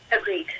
Agreed